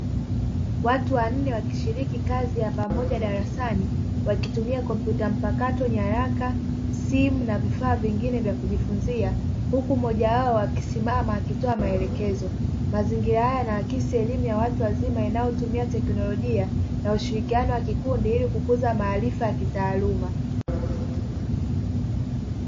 Watu wanne wakishiriki kazi ya pamoja darasani wakitumia kompyuta mpakato, nyaraka, simu na vifaa vingine vya kujifunzia, huku mmoja wao akisimama akitoa maelekezo. Mazingira haya yanaakisi elimu ya watu wazima, inayotumia teknolojia na ushirikiano wa kikundi ili kukuza maarifa ya kitaaluma.